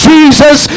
Jesus